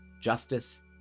justice